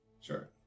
Sure